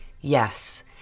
Yes